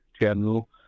general